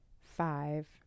five